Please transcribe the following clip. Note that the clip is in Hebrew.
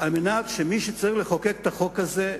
כדי שמי שצריך לחוקק את החוק הזה,